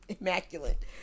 immaculate